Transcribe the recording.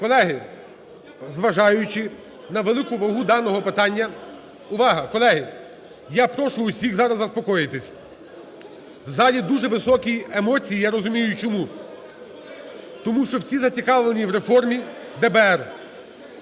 Колеги, зважаючи на велику вагу даного питання – увага, колеги! – я прошу всіх зараз заспокоїтись, в залі дуже високі емоції, я розумію чому. Тому що всі зацікавлені в реформі ДБР,